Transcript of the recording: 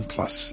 Plus